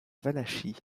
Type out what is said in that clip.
valachie